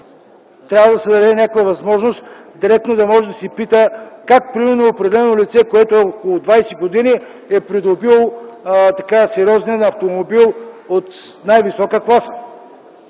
трябва да се даде някаква възможност директно да може да се пита как примерно определено лице, което е около двадесет години, е придобило автомобил от най-висока класа.